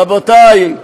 רבותי,